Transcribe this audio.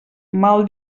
mal